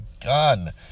gun